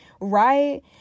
right